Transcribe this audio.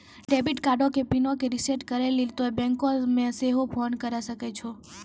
debit कार्डो के पिनो के रिसेट करै लेली तोंय बैंको मे सेहो फोन करे सकै छो